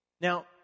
Now